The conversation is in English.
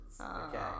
okay